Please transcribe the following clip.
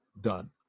done